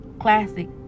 Classic